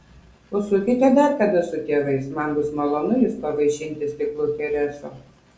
užsukite dar kada su tėvais man bus malonu jus pavaišinti stiklu chereso